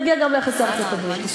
אני אגיע גם ליחסי ישראל ארצות-הברית.